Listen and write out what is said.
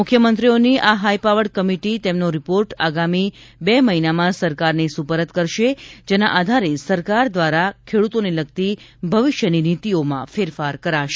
મુખ્યમંત્રીઓની આ high powered committee તેમનો report આગામી બે મહિનામાં સરકારને સુપરત કરશે જેના આધારે સરકાર દ્વારા ખેડૂતોને લગતી ભવિષ્યની નીતિઓમાં ફેરફાર કરાશે